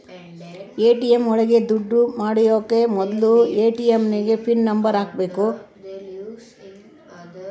ATM ಒಳಗ ದುಡ್ಡು ಪಡಿಯೋಕೆ ಮೊದ್ಲು ಎ.ಟಿ.ಎಂ ಪಿನ್ ನಂಬರ್ ಹಾಕ್ಬೇಕು